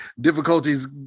difficulties